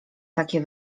takie